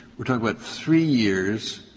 we are talking about three years.